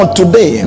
today